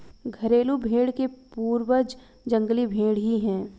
घरेलू भेंड़ के पूर्वज जंगली भेंड़ ही है